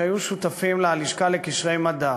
שהיו שותפות לה הלשכה לקשרי מדע,